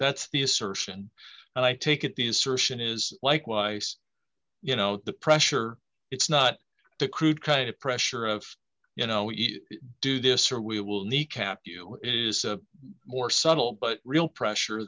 that's the assertion and i take it the assertion is like weiss you know the pressure it's not the crude kind of pressure of you know each do this or we will need cap you is more subtle but real pressure